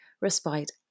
respite